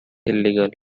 illegal